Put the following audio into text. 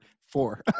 four